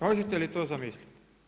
Možete li to zamisliti?